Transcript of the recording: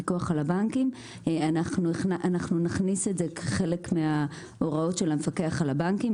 אנחנו נכניס את זה כחלק מההוראות של המפקח על הבנקים,